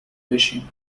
بشین